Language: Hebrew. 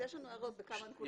יש לנו הערות בכמה נקודות.